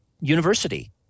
university